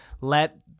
Let